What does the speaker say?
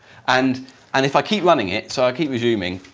and and if i keep running it, so i keep resuming,